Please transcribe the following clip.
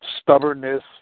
stubbornness